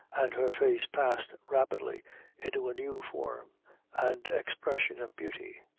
and her face passed rapidly into a new form and expression of beauty.